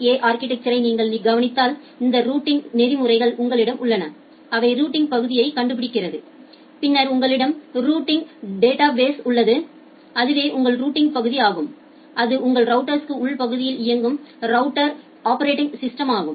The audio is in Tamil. ஏ அா்கிடெக்சரை நீங்கள் கவனித்தால் இந்த ரூட்டிங் நெறிமுறைகள் உங்களிடம் உள்ளன அவை ரூட்டிங் பகுதிகளைக் கண்டுபிடிக்கிறது பின்னர் உங்களிடம் ரூட்டிங் டேட்டாபேஸ் உள்ளது அதுவே உங்கள் ரூட்டிங் பகுதி ஆகும் அது உங்கள் ரவுட்டரின் உள் பகுதியில் இயங்கும் ரவுட்டர் ஆபெரடிங் சிஸ்டம் ஆகும்